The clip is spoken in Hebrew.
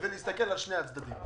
להסתכל על שני הצדדים.